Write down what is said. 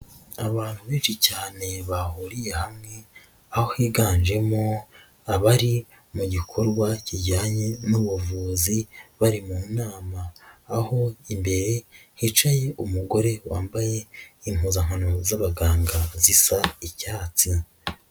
Abantu benshi cyane bahuriye hamwe, aho higanjemo abari mu gikorwa kijyanye n'ubuvuzi, bari mu nama, aho imbere hicaye umugore wambaye impuzankano z'abaganga zisa icyatsi.